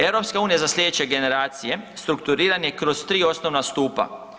EU za sljedeće generacije“ strukturiran je kroz tri osnovna stupa.